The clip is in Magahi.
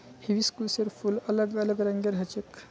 हिबिस्कुसेर फूल अलग अलग रंगेर ह छेक